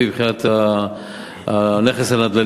שבהם זה פחות אטרקטיבי מבחינת הנכס הנדל"ני,